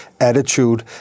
attitude